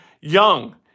Young